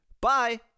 Bye